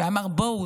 שאמר: בואו,